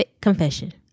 confession